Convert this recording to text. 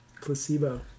placebo